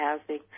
housing